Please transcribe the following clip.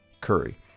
Curry